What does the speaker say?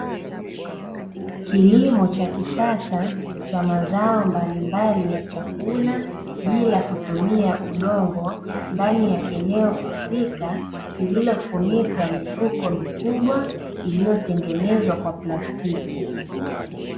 Kilimo cha kisasa, cha mazao mbalimbali ya chakula bila kutumia udongo, ndani ya eneo husika, lililofunikwa mifuko mikubwa iliyotengenezwa kwa plastiki.